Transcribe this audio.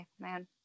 man